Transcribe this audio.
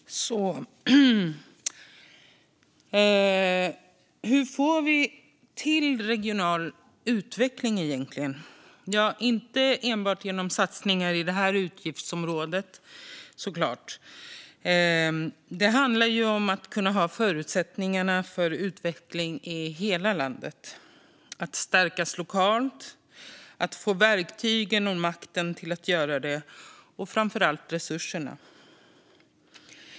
Fru talman! Hur får vi till regional utveckling egentligen? Ja, det är såklart inte enbart genom satsningar på detta utgiftsområde. Det handlar om att kunna ha förutsättningar för utveckling i hela landet - att stärkas lokalt, att få verktygen och makten för att göra det och framför allt att få resurserna.